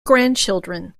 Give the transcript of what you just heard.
grandchildren